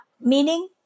meaning